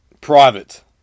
Private